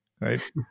right